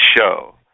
show